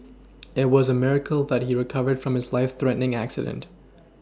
it was a miracle but he recovered from his life threatening accident